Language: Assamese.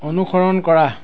অনুসৰণ কৰা